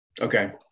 Okay